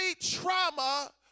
trauma